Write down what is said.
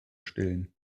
stillen